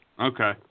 Okay